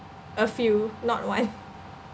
a few not one